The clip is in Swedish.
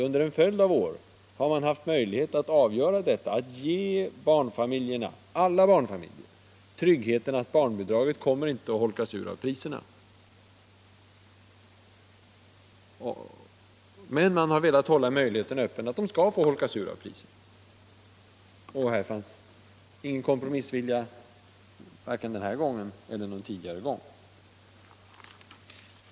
Under en följd av år har moderaterna haft möjlighet att avgöra denna fråga, att vara med och ge alla barnfamiljer tryggheten att barnbidragen inte kommer att holkas ur av priserna. Men man har velat hålla möjligheten öppen att de skall få holkas ur av priserna. Det har inte funnits någon kompromissvilja på den punkten, vare sig den här gången eller någon tidigare gång.